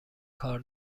کار